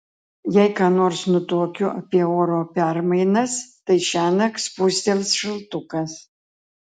jei ką nors nutuokiu apie oro permainas tai šiąnakt spustels šaltukas